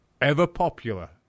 ever-popular